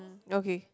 okay